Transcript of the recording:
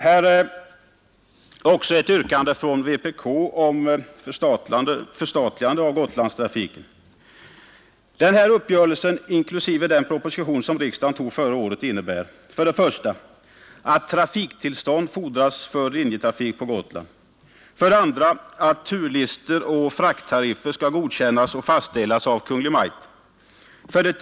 Här föreligger också ett yrkande från vpk om förstatligande av Gotlandstrafiken. Den uppgörelse som riksdagen godkände förra året innebär att trafiktillstånd fordras för linjetrafik på Gotland och att turlistor och frakttariffer skall godkännas och fastställas av Kungl. Maj:t.